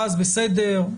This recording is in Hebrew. ואז בסדר.